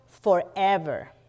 forever